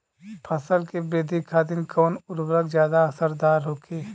फसल के वृद्धि खातिन कवन उर्वरक ज्यादा असरदार होखि?